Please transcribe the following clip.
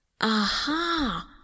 Aha